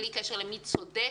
בלי קשר לשאלה מי צודק,